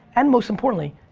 and most importantly,